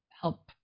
help